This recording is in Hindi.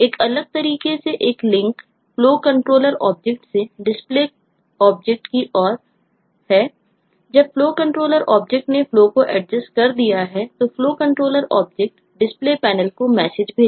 जब FlowController ऑब्जेक्ट ने Flow को adjust कर दिया है तो FlowController ऑब्जेक्ट DisplayPanel को मैसेज भेजेगा